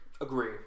Agree